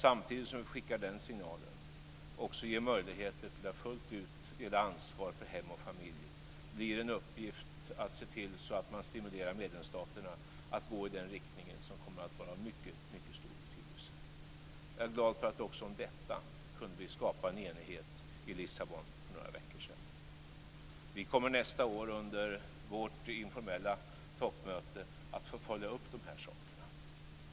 Samtidigt som vi skickar den signalen ska vi också ge möjligheter att fullt ut dela ansvar för hem och familj. Att se till att stimulera medlemsstaterna att gå i den riktningen är en uppgift som kommer att vara av mycket stor betydelse. Jag är glad för att vi också om detta kunde skapa en enighet i Lissabon för några veckor sedan. Vi kommer nästa år, under vårt informella toppmöte, att få följa upp de här sakerna.